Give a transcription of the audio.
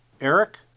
Eric